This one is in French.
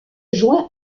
juin